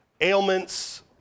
ailments